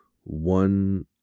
one